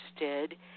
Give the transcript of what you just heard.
interested